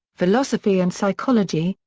philosophy and psychology,